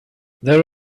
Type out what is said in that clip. there